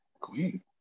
Queen